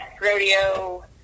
rodeo